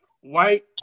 White